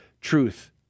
truth